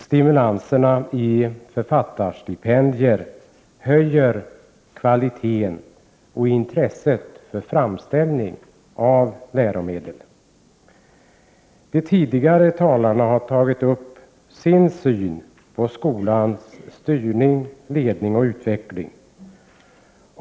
Stimulanserna med författarstipendier höjer kvaliteten och intresset för framställning av läromedel. De tidigare talarna har tagit upp sin syn på skolans styrning, ledning och utveckling.